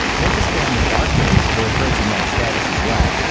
memphis band the bar-kays were approaching that status as well,